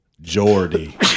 Jordy